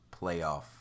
playoff